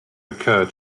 occur